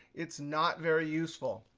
it's not very useful.